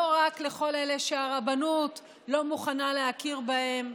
לא רק לאלה שהרבנות לא מוכנה להכיר בהם,